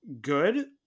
good